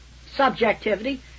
subjectivity